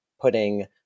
putting